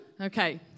Okay